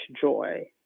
joy